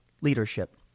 leadership